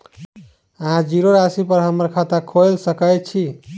अहाँ जीरो राशि पर हम्मर खाता खोइल सकै छी?